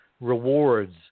rewards